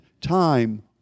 time